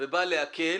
ובא להקל